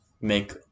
make